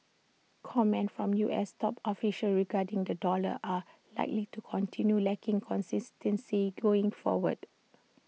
comments from U S top officials regarding the dollar are likely to continue lacking consistency going forward